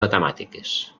matemàtiques